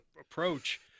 approach